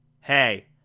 Hey